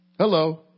Hello